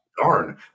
darn